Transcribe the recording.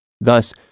Thus